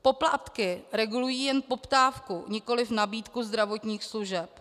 Poplatky regulují jen poptávku, nikoliv nabídku zdravotních služeb.